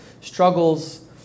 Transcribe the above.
struggles